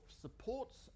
supports